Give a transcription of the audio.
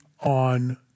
on